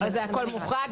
אז הכול מוחרג,